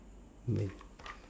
bye